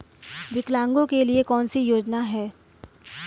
विकलांगों के लिए कौन कौनसी योजना है?